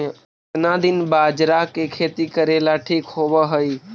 केतना दिन बाजरा के खेती करेला ठिक होवहइ?